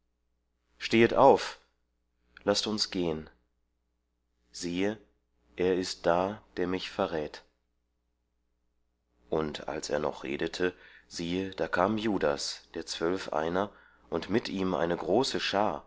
stehet auf laßt uns gehen siehe er ist da der mich verrät und als er noch redete siehe da kam judas der zwölf einer und mit ihm eine große schar